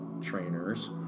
trainers